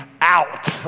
out